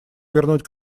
вернуть